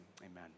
amen